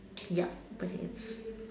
yup okay